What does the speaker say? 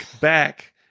back